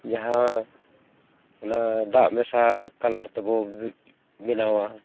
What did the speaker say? ᱡᱟᱦᱟᱸ ᱚᱱᱟ ᱫᱟᱜ ᱢᱮᱥᱟ ᱠᱟᱞᱟᱨ ᱛᱮᱵᱚᱱ ᱵᱮᱱᱟᱣᱟ